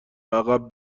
عقب